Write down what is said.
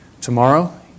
tomorrow